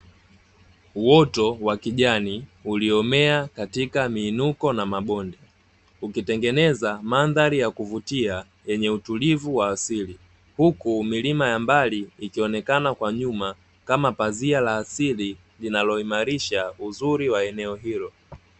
Uoto wa kijani uliomea katika miinuko na mabonde, ukitengeneza mandhari ya kuvutia yenye utulivu wa asili, huku milima ya mbali ikionekana kwa nyuma kama pazia la asili linaloimarisha uzuri wa eneo hilo.